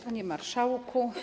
Panie Marszałku!